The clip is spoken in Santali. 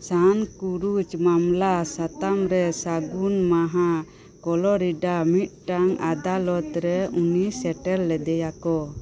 ᱥᱟᱱᱠᱩᱨᱩᱡᱽ ᱢᱟᱢᱞᱟ ᱥᱟᱛᱟᱢ ᱨᱮ ᱥᱟᱹᱜᱩᱱ ᱢᱟᱦᱟ ᱯᱷᱳᱞᱳᱨᱤᱰᱟ ᱢᱤᱫᱴᱟᱝ ᱟᱫᱟᱞᱚᱛ ᱨᱮ ᱩᱱᱤ ᱥᱮᱴᱮᱨ ᱞᱮᱫᱮᱭᱟᱠᱚ